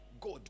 God